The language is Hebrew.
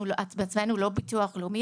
אנחנו לא ביטוח לאומי)